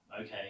okay